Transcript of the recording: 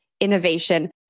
innovation